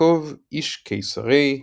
”יעקב איש קיסרי,